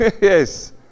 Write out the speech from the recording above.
Yes